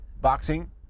Boxing